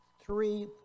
three